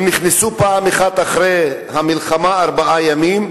הם נכנסו פעם אחת אחרי המלחמה, ארבעה ימים,